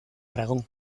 aragón